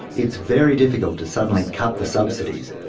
it's very difficult to suddenly cut the subsidies. ah